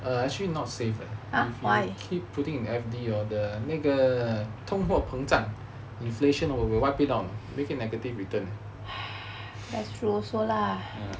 err actually not safe leh if you keep putting in F_D hor the 那个通货膨胀 inflation will wipe it out make it negative return ya